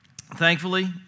Thankfully